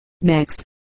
Next